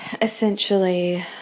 Essentially